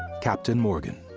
captain morgan.